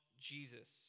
Jesus